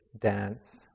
dance